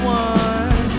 one